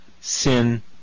sin